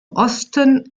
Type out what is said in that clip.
osten